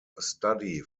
study